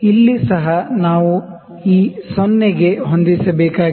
ಇಲ್ಲಿ ಸಹ ನಾವು ಈ 0 ಗೆ ಹೊಂದಿಸಬೇಕಾಗಿದೆ